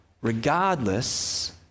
regardless